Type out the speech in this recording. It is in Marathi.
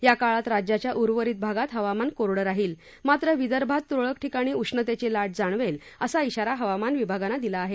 या काळात राज्याच्या उर्वरित भागात हवामान कोरडं राहील मात्र विदर्भात तुरळक ठिकाणी उष्णतेची लाट जाणवेल असा शारा हवामान विभागानं दिला आहे